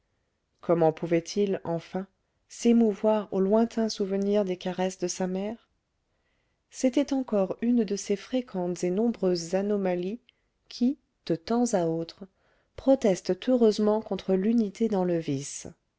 comment pouvait-il enfin s'émouvoir au lointain souvenir des caresses de sa mère c'était encore une de ces fréquentes et nombreuses anomalies qui de temps à autre protestent heureusement contre l'unité dans le vice